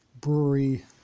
brewery